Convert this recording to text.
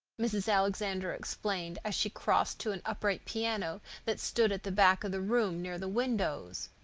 mrs. alexander explained, as she crossed to an upright piano that stood at the back of the room, near the windows.